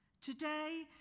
Today